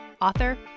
author